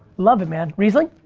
love it man, riesling?